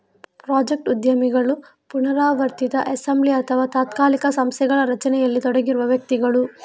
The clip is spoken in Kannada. ಪ್ರಾಜೆಕ್ಟ್ ಉದ್ಯಮಿಗಳು ಪುನರಾವರ್ತಿತ ಅಸೆಂಬ್ಲಿ ಅಥವಾ ತಾತ್ಕಾಲಿಕ ಸಂಸ್ಥೆಗಳ ರಚನೆಯಲ್ಲಿ ತೊಡಗಿರುವ ವ್ಯಕ್ತಿಗಳು